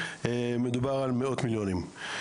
מדובר על מאות מיליונים.